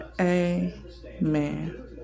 Amen